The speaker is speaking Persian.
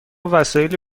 وسایلی